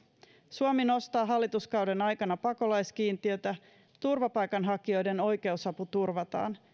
suomi nostaa hallituskauden aikana pakolaiskiintiötä turvapaikanhakijoiden oikeusapu turvataan